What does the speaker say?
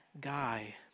guy